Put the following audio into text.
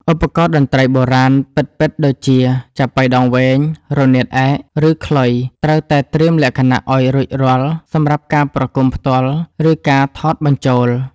ឧបករណ៍តន្ត្រីបុរាណពិតៗដូចជា ចាប៉ីដងវែង រនាតឯក ឬខ្លុយ ត្រូវតែត្រៀមលក្ខណៈឱ្យរួចរាល់សម្រាប់ការប្រគំផ្ទាល់ ឬការថតបញ្ចូល។